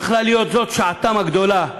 יכלה זאת להיות שעתם הגדולה,